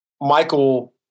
Michael